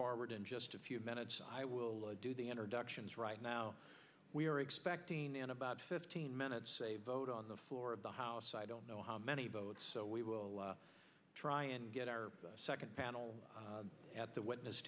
forward in just a few minutes i will do the introductions right now we are expecting in about fifteen minutes a vote on the floor of the house i don't know how many but we will try and get our second panel at the witness